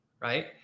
right